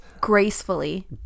Gracefully